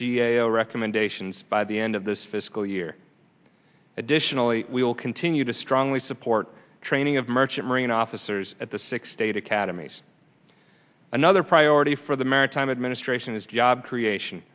o recommendations by the end of this fiscal year additionally we will continue to strongly support training of merchant marine officers at the six state academies another priority for the maritime administration is job creation